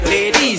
Ladies